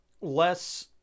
less